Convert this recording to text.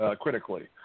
critically